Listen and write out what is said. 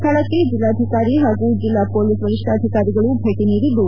ಸ್ಥಳಕ್ಕೆ ಜಿಲ್ಲಾಧಿಕಾರಿ ಹಾಗೂ ಜಿಲ್ಲಾ ಪೊಲೀಸ್ ವರಿಷ್ಠಾಧಿಕಾರಿಗಳು ಭೇಟಿ ನೀಡಿದ್ದು